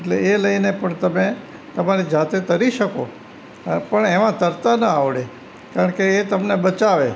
એટલે એ લઇને પણ તમે તમારી જાતે તરી શકો પણ એમાં તરતા ન આવડે કારણ કે એ તમને બચાવે